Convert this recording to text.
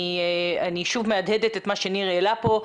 אני שוב מהדהדת את מה שניר העלה פה,